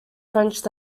french